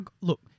look